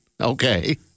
Okay